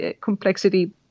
complexity